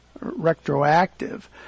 retroactive